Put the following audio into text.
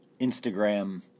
Instagram